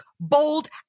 bold